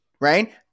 right